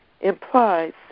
implies